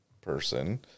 person